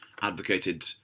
advocated